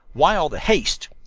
why all the haste?